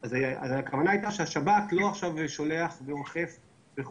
אז הכוונה הייתה שהשב"כ לא ישלח ויאכוף.